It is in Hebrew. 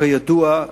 כידוע,